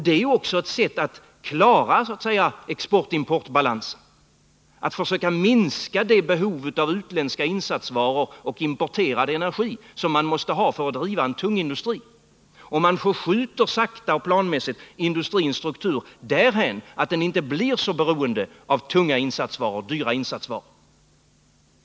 Det är också ett sätt att klara export-importbalansen, att försöka minska det behov av utländska insatsvaror och importerad energi som man måste ha för att driva en tung industri samt att sakta och planmässigt förskjuta industrins struktur därhän att den inte blir så beroende av tunga och dyra insatsvaror.